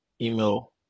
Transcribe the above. email